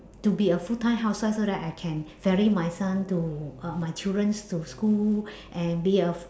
to be a full time housewife so that I can ferry my son to uh my childrens to school and be a